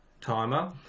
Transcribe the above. timer